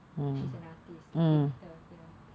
she's an artist painter ya